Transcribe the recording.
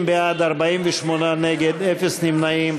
60 בעד, 48 נגד, אפס נמנעים.